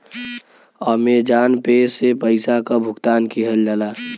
Amazon pay से पइसा क भुगतान किहल जाला